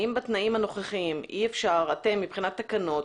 האם בתנאים הנוכחיים מבחינת תקנות